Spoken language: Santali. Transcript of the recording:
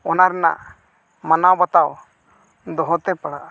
ᱚᱱᱟ ᱨᱮᱱᱟᱜ ᱢᱟᱱᱟᱣᱼᱵᱟᱛᱟᱣ ᱫᱚᱦᱚᱛᱮ ᱯᱟᱲᱟᱜᱼᱟ